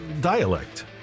dialect